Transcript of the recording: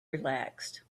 relaxed